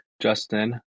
Justin